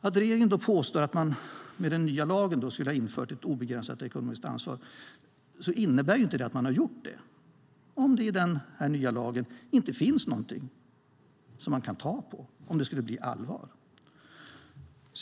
Att regeringen påstår att man med den nya lagen skulle ha infört ett obegränsat ekonomiskt ansvar innebär ju inte att man har gjort det, om det i den nya lagen inte finns någonting som man kan ta på om det skulle bli allvar.